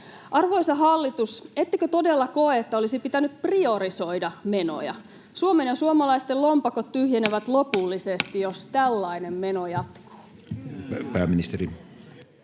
Arvoisa hallitus, ettekö todella koe, että olisi pitänyt priorisoida menoja? Suomen ja suomalaisten lompakot tyhjenevät lopullisesti, jos